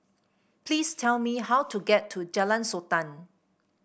please tell me how to get to Jalan Sultan